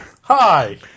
Hi